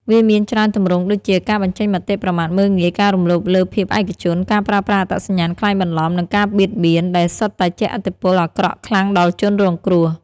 វាមានច្រើនទម្រង់ដូចជា ការបញ្ចេញមតិប្រមាថមើលងាយ ការរំលោភលើភាពឯកជន ការប្រើប្រាស់អត្តសញ្ញាណក្លែងបន្លំ និងការបៀតបៀន ដែលសុទ្ធតែជះឥទ្ធិពលអាក្រក់ខ្លាំងដល់ជនរងគ្រោះ។